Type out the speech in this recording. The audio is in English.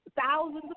thousands